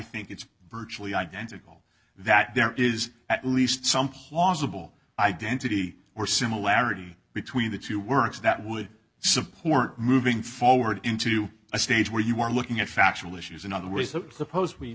think it's virtually identical that there is at least some plausible identity or similarity between the two works that would support moving forward into a stage where you are looking at factual issues and other ways of suppose